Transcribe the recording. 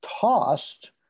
tossed